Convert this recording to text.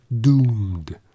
doomed